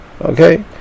Okay